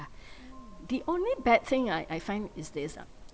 ah the only bad thing I I find is this ah